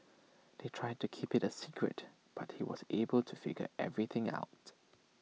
they tried to keep IT A secret but he was able to figure everything out